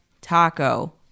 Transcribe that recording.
taco